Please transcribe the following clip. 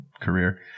career